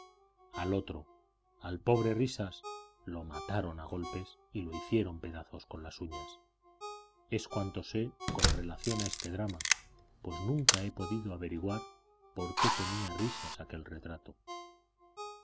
al otro al pobre risas lo mataron a golpes y lo hicieron pedazos con las uñas es cuanto sé con relación a este drama pues nunca he podido averiguar por qué tenía risas aquel retrato